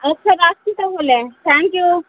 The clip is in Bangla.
আচ্ছা রাখছি তাহলে থ্যাংক ইউ